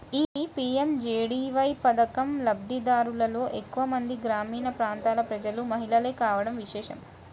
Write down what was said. ఈ పీ.ఎం.జే.డీ.వై పథకం లబ్ది దారులలో ఎక్కువ మంది గ్రామీణ ప్రాంతాల ప్రజలు, మహిళలే కావడం విశేషం